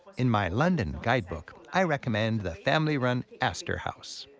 in my london guidebook, i recommend the family-run aster house.